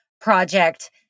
project